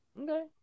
Okay